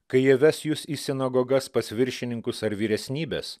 kai jie ves jus į sinagogas pas viršininkus ar vyresnybes